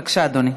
בבקשה, אדוני.